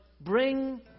bring